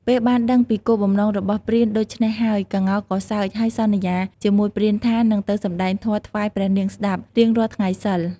ពេលបានដឹងពីគោលបំណងរបស់ព្រានដូច្នេះហើយក្ងោកក៏សើចហើយសន្យាជាមួយព្រានថានឹងទៅសម្ដែងធម៌ថ្វាយព្រះនាងស្ដាប់រៀងរាល់ថ្ងៃសីល។